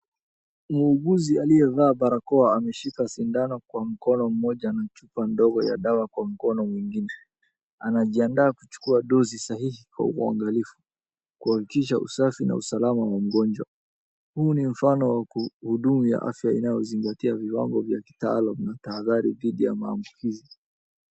Muuguzi aliyevaa barakoa ameshika sindano kwa mkono mmoja na chupa ndogo ya dawa kwa mkono mwingine. Anajiandaa kuchukua dozi sahihi kwa uangalifu, kuhakikisha usafi na usalama wa mgonjwa, huu ni mfano wa hudumu ya afya inayozingtia viwango vya kitaalam na tahadhari dhidi ya maambukizi.